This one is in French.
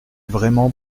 vraiment